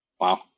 Wow